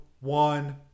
one